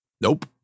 Nope